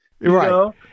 Right